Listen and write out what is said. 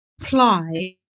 apply